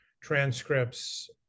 transcripts